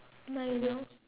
no you don't